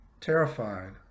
terrified